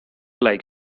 like